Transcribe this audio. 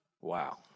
Wow